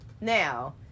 Now